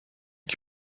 qui